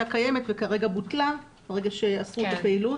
קיימת וכרגע בוטלה ברגע שאסרו את הפעילות.